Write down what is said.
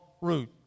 route